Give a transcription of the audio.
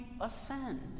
ascend